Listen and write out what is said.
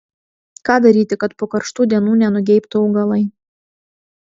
ką daryti kad po karštų dienų nenugeibtų augalai